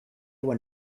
were